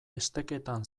esteketan